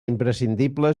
imprescindible